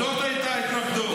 זאת הייתה ההתנגדות.